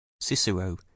Cicero